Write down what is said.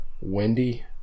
Wendy